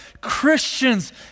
Christians